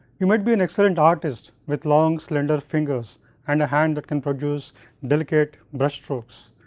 you might be an excellent artist, with long slender fingers and a hand that can produce delicate brush strokes.